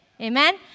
Amen